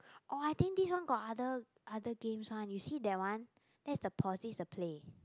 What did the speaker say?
orh I think this one got other other games one you see that one that is the pause this the play